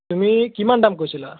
তুমি কিমান দাম কৈছিলা